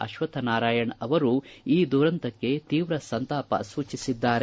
ಅಶ್ವತ್ಥ ನಾರಾಯಣ ಈ ದುರಂತಕ್ಕೆ ತೀವ್ರ ಸಂತಾಪ ಸೂಚಿಸಿದ್ದಾರೆ